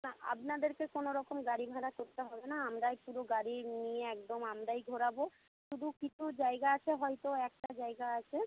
না আপনাদেরকে কোনো রকম গাড়ি ভাড়া করতে হবে না আমরাই পুরো গাড়ি নিয়ে একদম আমরাই ঘোরাবো শুধু কিছু জায়গা আছে হয়তো একটা জায়গা আছে